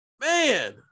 man